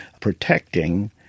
protecting